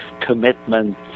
commitment